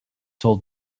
told